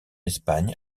espagne